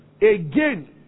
again